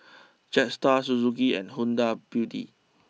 Jetstar Suzuki and Huda Beauty